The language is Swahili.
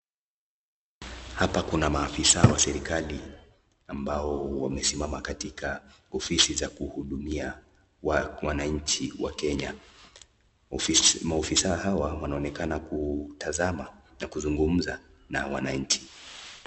Hapa kuna maafisa wa serikali ambao wamesimama katika ofisi za kuhudumia wananchi wa kenya, maofissa hawa wanaonekana kutazama na kuzungumza na wananchi.